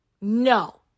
no